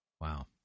Wow